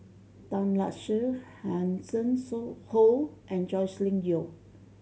Tan Lark Sye Hanson Ho and Joscelin Yeo